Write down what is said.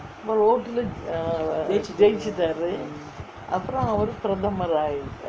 ஓட்டுலே ஜெச்சிட்டாரு அப்ரோ அவரு பிரதமர் ஆயிட்டாரு:ottulae jechitaaru apro avaru prathamar aayitaru